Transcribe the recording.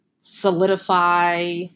solidify